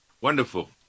Wonderful